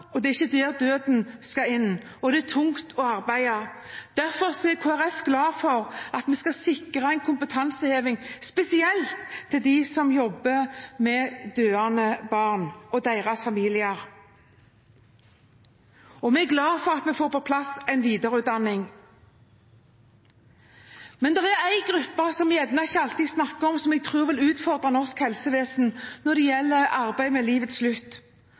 feil, det er ikke der døden skal inn, og det er tungt å arbeide. Derfor er Kristelig Folkeparti glad for at vi skal sikre en kompetanseheving, spesielt til dem som jobber med døende barn og deres familier. Vi er også glad for at vi får på plass en videreutdanning. Men det er én gruppe vi ikke alltid snakker om, som jeg tror vil utfordre norsk helsevesen når det gjelder arbeid ved livets slutt.